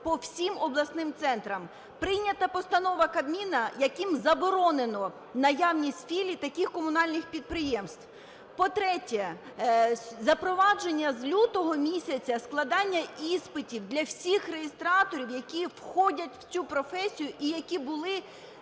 по всім обласним центрам. Прийнята постанова Кабміну, якою заборонено наявність філій таких комунальних підприємств. По-третє, запровадження з лютого місяця складання іспитів для всіх реєстраторів, які входять в цю професію і які були